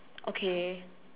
okay